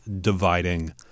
dividing